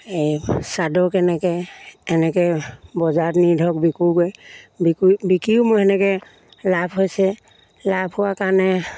এই চাদৰ কেনেকৈ এনেকৈ বজাৰত নি ধৰক বিকোগৈ বিকোঁ বিকিও মোৰ তেনেকৈ লাভ হৈছে লাভ হোৱা কাৰণে